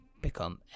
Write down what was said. become